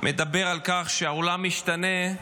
מדבר על כך שהעולם השתנה,